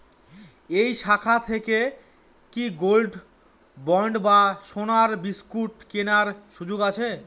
এই শাখা থেকে কি গোল্ডবন্ড বা সোনার বিসকুট কেনার সুযোগ আছে?